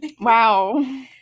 Wow